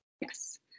yes